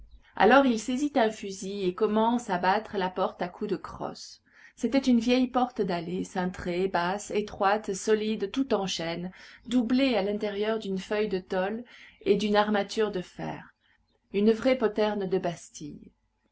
alors il saisit un fusil et commence à battre la porte à coups de crosse c'était une vieille porte d'allée cintrée basse étroite solide toute en chêne doublée à l'intérieur d'une feuille de tôle et d'une armature de fer une vraie poterne de bastille